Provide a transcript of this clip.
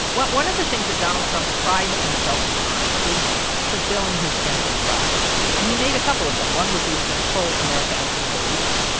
one one of the things that donald trump prides himself on is fulfilling his campaign promises. and he made a couple of them. one was he was going to pull america out of the middle east.